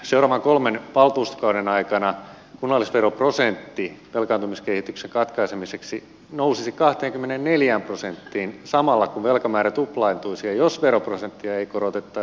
seuraavan kolmen valtuustokauden aikana kunnallisveroprosentti velkaantumiskehityksen katkaisemiseksi nousisi kahteenkymmeneenneljään prosenttiin samalla kun velkamäärä tuplaantuisi jos veroprosenttia ei koroteta